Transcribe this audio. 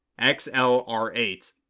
XLR8